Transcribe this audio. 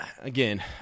Again